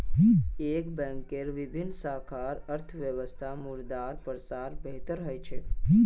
एक बैंकेर विभिन्न शाखा स अर्थव्यवस्थात मुद्रार प्रसार बेहतर ह छेक